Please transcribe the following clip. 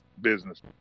business